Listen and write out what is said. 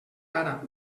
ara